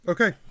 Okay